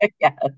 Yes